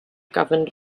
governed